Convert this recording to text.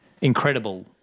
incredible